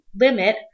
limit